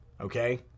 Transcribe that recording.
okay